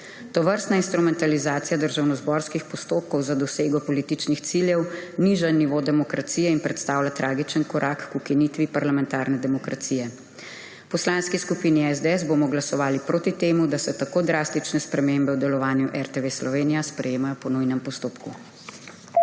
Tovrstna instrumentalizacija državnozborskih postopkov za dosego političnih ciljev niža nivo demokracije in predstavlja tragičen korak k ukinitvi parlamentarne demokracije. V Poslanski skupini SDS bomo glasovali proti temu, da se tako drastične spremembe o delovanju RTV Slovenija sprejemajo po nujnem postopku.